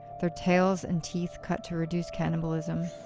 their tails and teeth cut to reduce cannibalism,